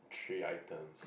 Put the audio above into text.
three item